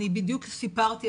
בדיוק סיפרתי,